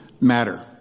matter